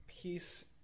Peace